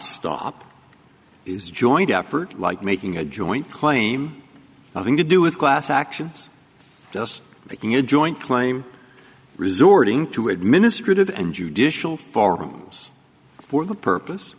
is joint effort like making a joint claim nothing to do with class actions thus making a joint claim resorting to administrative and judicial forums for the purpose